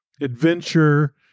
adventure